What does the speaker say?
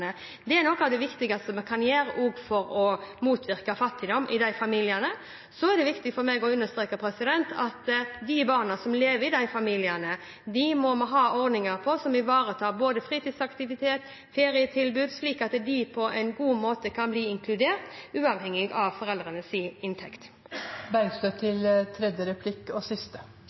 Det er noe av det viktigste vi kan gjøre for å motvirke fattigdom i de familiene. Så er det viktig for meg å understreke at de barna som lever i disse familiene, må vi ha ordninger for som ivaretar både fritidsaktivitet og ferietilbud, slik at de på en god måte kan bli inkludert uavhengig av foreldrenes inntekt.